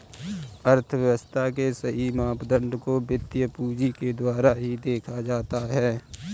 अर्थव्यव्स्था के सही मापदंड को वित्तीय पूंजी के द्वारा ही देखा जाता है